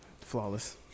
Flawless